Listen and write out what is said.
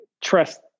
trust